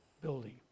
building